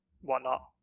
whatnot